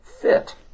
fit